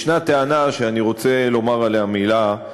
יש טענה שאני רוצה לומר עליה מילה,